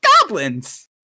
Goblins